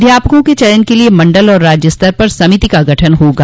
अध्यापकों के चयन के लिये मंडल और राज्य स्तर पर समिति का गठन होगा